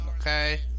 Okay